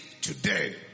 today